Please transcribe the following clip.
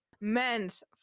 Men's